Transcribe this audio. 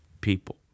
people